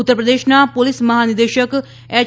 ઉત્તરપ્રદેશના પોલીસ મહાનિદેશક એચ